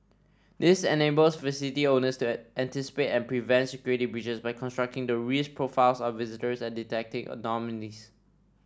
this enables facility owners to anticipate and prevent security breaches by constructing the risk profiles of visitors and detecting anomalies